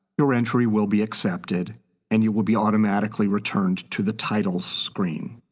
your entry will be accepted and you will be automatically returned to the titles screen.